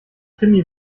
krimi